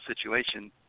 situation